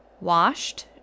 washed